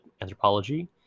anthropology